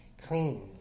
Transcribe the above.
Clean